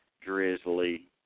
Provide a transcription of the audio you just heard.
drizzly